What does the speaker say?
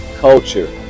culture